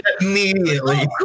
immediately